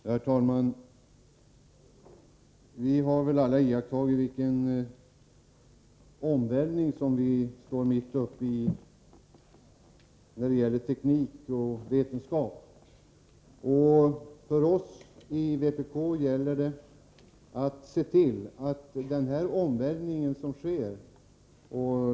Herr talman! Vi har alla iakttagit vilken omvälvning som vi står mitt uppe i när det gäller teknik och vetenskap. För oss i vpk är det angeläget att se till att denna omvälvning genomförs i demokratiska former.